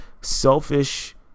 selfish